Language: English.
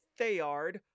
Thayard